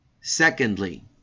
Secondly